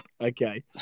Okay